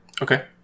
Okay